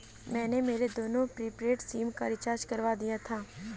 मैंने मेरे दोनों प्रीपेड सिम का रिचार्ज करवा दिया था